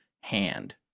hand